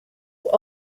were